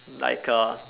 like a